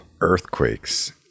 Earthquakes